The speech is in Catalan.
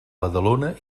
badalona